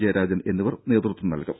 ജയരാജൻ എന്നിവർ നേതൃത്വം നൽകും